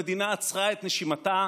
המדינה עצרה את נשימתה,